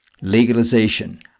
legalization